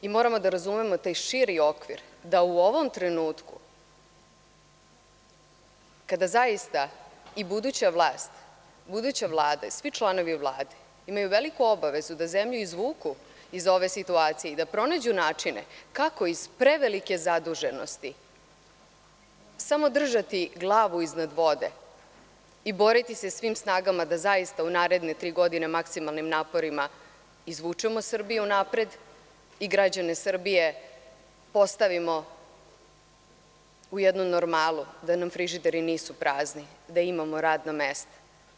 Moramo da razumemo taj širi okvir, da u ovom trenutku zaista i buduća vlast, buduća Vlada i svi članovi Vlade imaju veliku obavezu da zemlju izvuku iz ove situacije i da pronađu načine kako iz prevelike zaduženosti samo držati glavu iznad vode i boriti se svim snagama da zaista u naredne tri godine maksimalnim naporima izvučemo Srbiju napred i građane Srbije postavimo u jednu normalu, da nam frižideri nisu prazni, da imamo radna mesta.